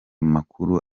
makuru